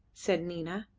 said nina.